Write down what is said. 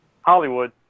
Hollywood